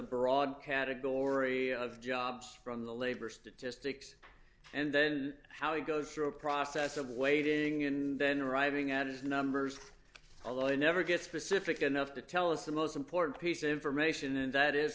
broad category of jobs from the labor statistics and then how he goes through a process of waiting and then arriving at his numbers although i never get specific enough to tell us the most important piece of information and that is